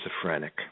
schizophrenic